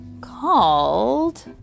Called